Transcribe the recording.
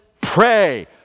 pray